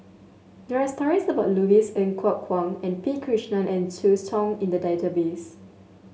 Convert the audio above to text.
there are stories about Louis Ng Kok Kwang and P Krishnan and Zhu Hong in the database